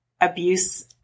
abuse